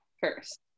first